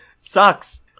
Sucks